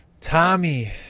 Tommy